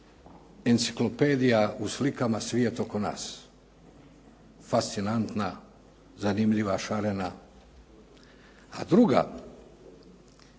enciklopedija u slikama "Svijet oko nas", fascinantna, zanimljiva, šarena, a druga,